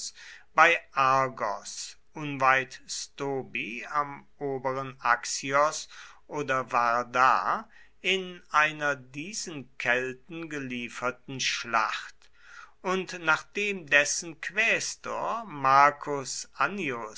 bei argos unweit stobi am oberen axios oder vardar in einer diesen kelten gelieferten schlacht und nachdem dessen quästor marcus